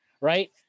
right